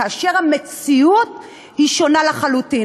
כאשר המציאות היא שונה לחלוטין,